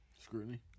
scrutiny